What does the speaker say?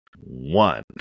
One